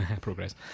progress